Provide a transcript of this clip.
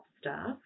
staff